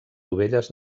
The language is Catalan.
dovelles